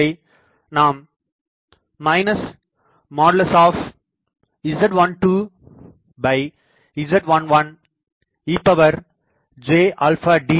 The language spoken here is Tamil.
இதை நாம் Z12Z11ejαd